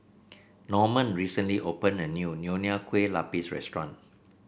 Norman recently opened a new Nonya Kueh Lapis Restaurant